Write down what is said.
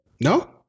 No